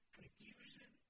confusion